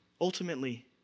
Ultimately